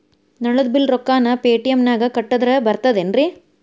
ನಳದ್ ಬಿಲ್ ರೊಕ್ಕನಾ ಪೇಟಿಎಂ ನಾಗ ಕಟ್ಟದ್ರೆ ಬರ್ತಾದೇನ್ರಿ?